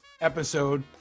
episode